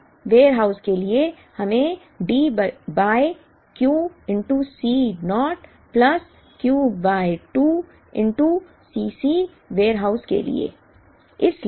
अब वेयरहाउस के लिए हमें D by Q C naught plus Q by 2 Cc warehouse के लिए